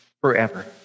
forever